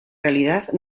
realidad